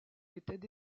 étaient